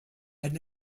head